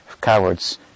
cowards